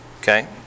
Okay